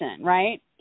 right